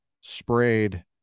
sprayed